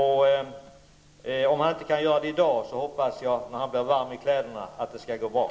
Om han inte kan göra det i dag hoppas jag att det skall gå bra när han blir varm i kläderna.